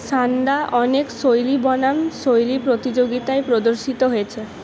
সান্দা অনেক শৈলী বনাম শৈলী প্রতিযোগিতায় প্রদর্শিত হয়েছে